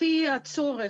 לפי הצורך,